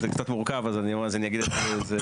זה קצת מורכב אז אני אגיד את זה.